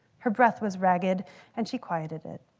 her breath was ragged and she quieted it.